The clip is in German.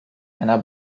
einer